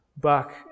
buck